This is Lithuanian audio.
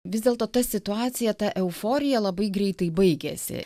vis dėlto ta situacija ta euforija labai greitai baigėsi